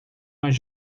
mais